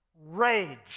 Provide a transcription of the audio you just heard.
rage